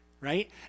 Right